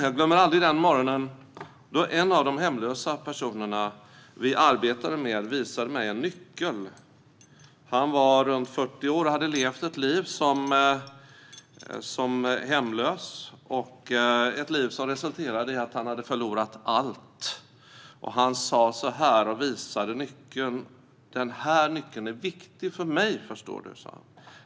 Jag glömmer aldrig den morgonen då en av de hemlösa personerna som vi arbetat med visade mig en nyckel. Han var runt 40 år och hade levt ett liv som resulterat i att han förlorat allt. Han sa: Den här nyckeln är viktig för mig, förstår du.